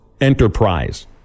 enterprise